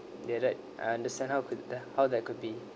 like that I understand how could the~ how that could be